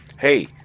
hey